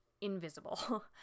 invisible